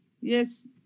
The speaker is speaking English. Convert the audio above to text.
yes